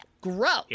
gross